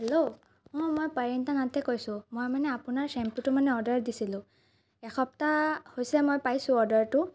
hello অ' মই পৰিনীতা নাথে কৈছোঁ মই মানে আপোনাৰ চেম্পুটো মানে অৰ্ডাৰ দিছিলোঁ এসপ্তাহ হৈছে মই পাইছোঁ অৰ্ডাৰটো